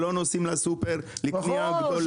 שלא נוסעים לסופר לקנייה גדולה.